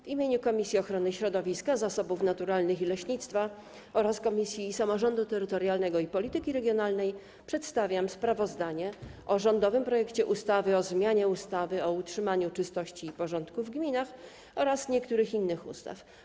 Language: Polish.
W imieniu Komisji Ochrony Środowiska, Zasobów Naturalnych i Leśnictwa oraz Komisji Samorządu Terytorialnego i Polityki Regionalnej przedstawiam sprawozdanie o rządowym projekcie ustawy o zmianie ustawy o utrzymaniu czystości i porządku w gminach oraz niektórych innych ustaw.